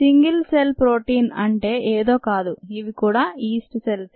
Singh cell protein అంటే ఏదో కాదు ఇవి కూడా ఈస్ట్ సెల్సే